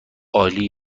عالی